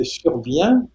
survient